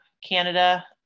Canada